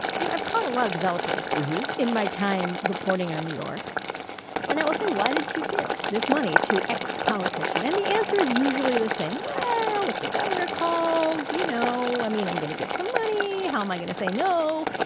i mean, i've caught a lot of developers in my time reporting on new york and i will say, why did you give this money to ex-politician? and the answer is usually the same. well, if the governor calls, you know, i mean, i'm going to give some money. how am um i going to say no